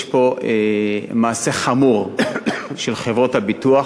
יש פה מעשה חמור של חברות הביטוח,